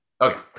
Okay